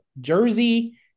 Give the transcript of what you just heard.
Jersey